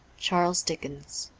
charles dickens.